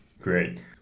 Great